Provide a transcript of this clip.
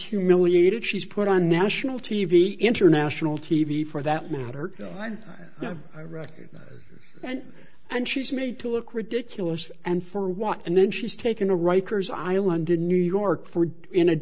humiliated she's put on national t v international t v for that matter and and she's made to look ridiculous and for what and then she's taken a rikers island in new york for in a